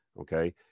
okay